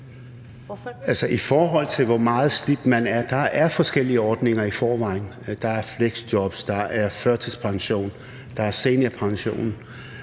I forhold til hvor nedslidt man er, vil jeg sige, at der er forskellige ordninger i forvejen – der er fleksjobs, der er førtidspension, der er seniorpension,